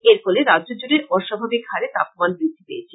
এরফলে রাজ্যজুরে অস্বাভাবিক হারে তাপমান বৃদ্ধি পেয়েছে